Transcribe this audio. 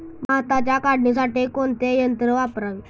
भाताच्या काढणीसाठी कोणते यंत्र वापरावे?